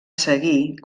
seguir